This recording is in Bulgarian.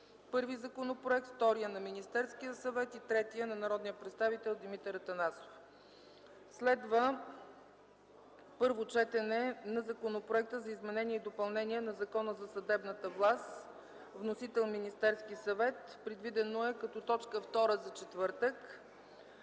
първи законопроект; вторият е на Министерския съвет и третият на народния представител Димитър Атанасов. 6. Първо четене на Законопроекта за изменение и допълнение на Закона за съдебната власт. Вносител: Министерският съвет – предвидено е като точка втора за четвъртък.